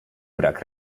brak